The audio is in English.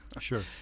Sure